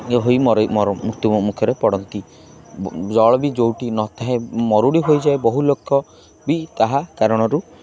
ଇଏ ହୋଇ ମୃତ୍ୟୁ ମୁଖରେ ପଡ଼ନ୍ତି ଜଳ ବି ଯେଉଁଠି ନଥାଏ ମରୁଡ଼ି ହୋଇଯାଏ ବହୁ ଲୋକ ବି ତାହା କାରଣରୁ